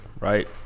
right